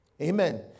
Amen